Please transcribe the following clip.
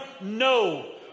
No